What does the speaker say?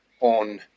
on